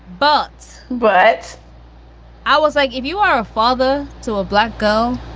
but but i was like, if you are a father to a black girl,